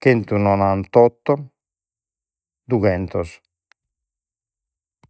chentunonantotto dughentos